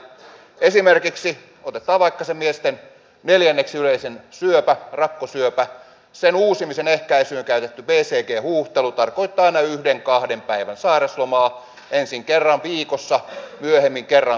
jos otetaan esimerkiksi vaikka se miesten neljänneksi yleisin syöpä rakkosyöpä niin sen uusimiseen ehkäisyyn käytetty bcg huuhtelu tarkoittaa aina yhden kahden päivän sairauslomaa ensin kerran viikossa myöhemmin kerran kuussa